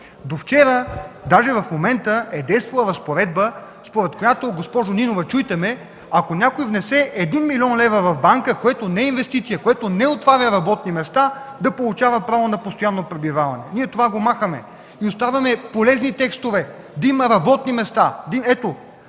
До вчера, даже в момента е действала разпоредба, според която – госпожо Нинова, чуйте ме – ако някой внесе 1 млн. лв. в банка, което не е инвестиция, което не отваря работни места, да получава право на постоянно пребиваване. Ние това го махаме и оставаме полезни текстове – да има работни места. Ето,